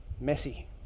Messy